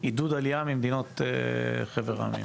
עידוד עלייה ממדינות חבר העמים.